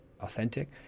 authentic